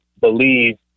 believe